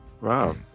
wow